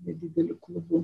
nedideliu klubu